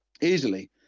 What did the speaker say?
easily